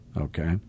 Okay